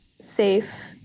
safe